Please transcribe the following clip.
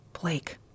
Blake